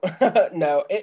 no